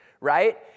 right